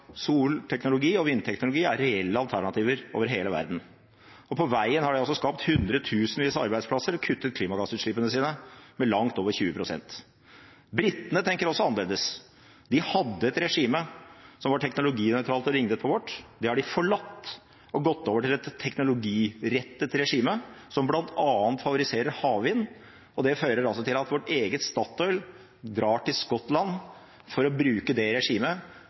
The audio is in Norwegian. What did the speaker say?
solteknologi og vindteknologi er reelle alternativer over hele verden. På veien har de skapt hundretusenvis av arbeidsplasser og kuttet klimagassutslippene sine med langt over 20 pst. Britene tenker også annerledes. De hadde et regime som var teknologinøytralt og lignet på vårt. Det har de forlatt og gått over til et teknologirettet regime som bl.a. favoriserer havvind. Det fører til at vårt eget Statoil drar til Skottland for å bruke det regimet